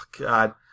God